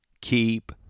keep